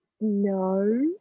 no